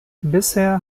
bisher